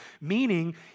meaning